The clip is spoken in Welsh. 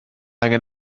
angen